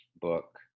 book